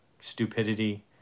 stupidity